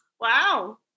wow